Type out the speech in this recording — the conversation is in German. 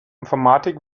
informatik